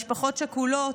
משפחות שכולות,